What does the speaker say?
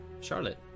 charlotte